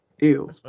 Ew